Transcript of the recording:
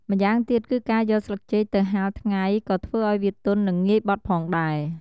ម៉្យាងទៀតគឺការយកស្លឹកចេកទៅហាលថ្ងៃក៏ធ្វើឱ្យវាទន់ និងងាយបត់ផងដែរ។